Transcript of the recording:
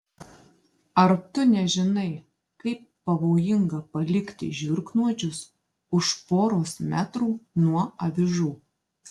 ar tu nežinai kaip pavojinga palikti žiurknuodžius už poros metrų nuo avižų